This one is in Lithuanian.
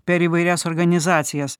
per įvairias organizacijas